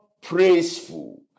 praiseful